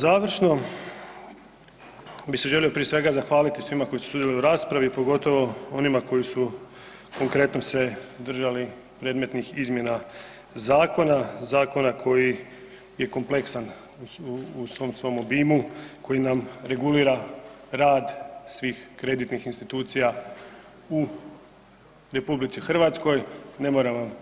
Završno bi se prije svega želio zahvaliti svima koji su sudjelovali u raspravi, pogotovo onima koji su konkretno se držali predmetnih izmjena zakona, zakona koji je kompleksan u svom svom obimu, koji nam regulira rad svih kreditnih institucija u RH, ne moram vam